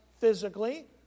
physically